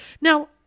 Now